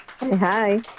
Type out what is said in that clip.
Hi